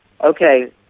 okay